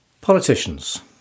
Politicians